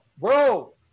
bro